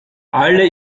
alle